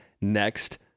next